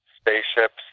spaceships